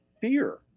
fear